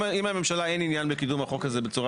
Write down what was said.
אם לממשלה אין עניין בקידום החוק הזה בצורה